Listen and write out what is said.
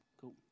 Cool